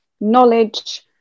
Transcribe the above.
knowledge